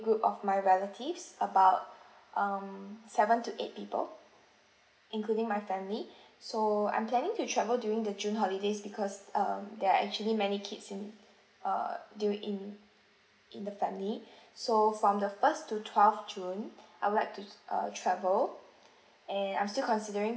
group of my relatives about um seven to eight people including my family so I'm planning to travel during the june holidays because um there are actually many kids in err during in in the family so from the first to twelfth june I would like to uh travel and I'm still considering